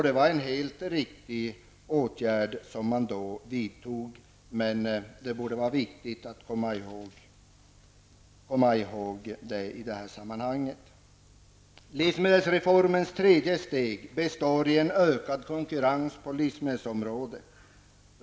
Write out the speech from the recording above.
Det var en helt riktig åtgärd, som det är viktigt att komma ihåg i detta sammanhang. Livsmedelsreformens tredje steg består i en ökad konkurrens på livsmedelsområdet.